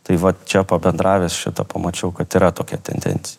tai va čia pabendravęs šita pamačiau kad yra tokia tendencija